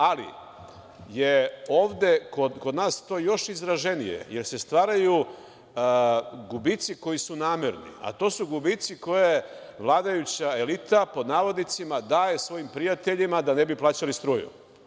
Ali, ovde je kod nas to još izraženije, jer se stvaraju gubici koji su namerni, a to su gubici koje vladajuća elita, pod navodnicima, daje svojim prijateljima da ne bi plaćali struju.